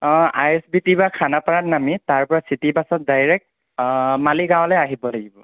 অঁ I S B T বা খানাপাৰাত নামি তাৰ পৰা চিটি বাছত ডাইৰেক্ট মালিগাঁও লৈ আহিব লাগিব